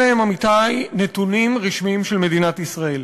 אלה הם, עמיתי, נתונים רשמיים של מדינת ישראל,